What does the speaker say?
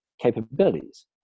capabilities